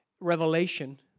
revelation